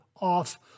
off